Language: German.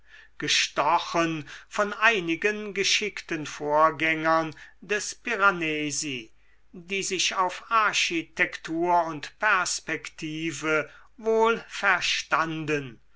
gestochen von einigen geschickten vorgängern des piranesi die sich auf architektur und perspektive